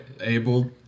able